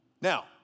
Now